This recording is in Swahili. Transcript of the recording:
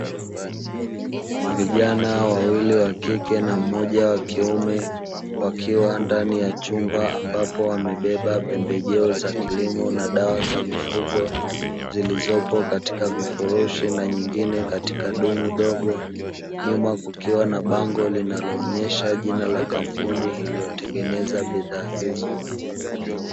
Vijana wawili wa kike na mmoja wa kiume, wakiwa ndani ya chumba ambapo wamebeba pembejeo za kilimo na dawa za mifugo, zilizopo katika vifurushi na nyingine katika dumu dogo, nyuma kukiwa na bango linaloonyesha jina la kampuni iliyotengeneza bidhaa hizo.